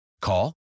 Call